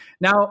Now